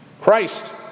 Christ